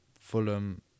Fulham